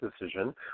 decision